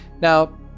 Now